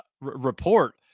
report